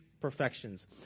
perfections